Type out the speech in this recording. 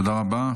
תודה רבה.